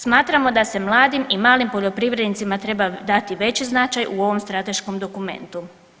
Smatramo da se mladim i malim poljoprivrednicima treba dati veći značaj u ovom strateškom dokumentu.